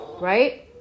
right